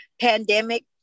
pandemic